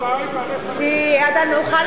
נוכל לבקש,